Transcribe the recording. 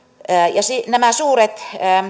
ja nämä suuret